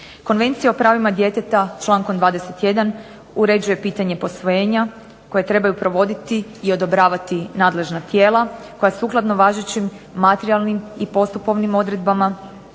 Konvencija o pravima djeteta člankom 21. uređuje pitanje posvojenja koje trebaju provoditi i odobravati nadležna tijela, koja sukladno važećim materijalnim i postupovnim odredbama